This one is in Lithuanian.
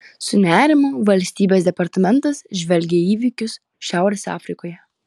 su nerimu valstybės departamentas žvelgia į įvykius šiaurės afrikoje